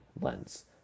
lens